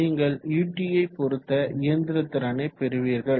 நீங்கள் ut யை பொறுத்த இயந்திர திறனை பெறுவீர்கள்